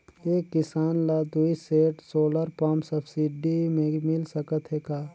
एक किसान ल दुई सेट सोलर पम्प सब्सिडी मे मिल सकत हे का?